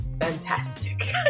fantastic